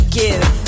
give